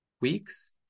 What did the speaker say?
weeks